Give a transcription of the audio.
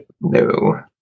No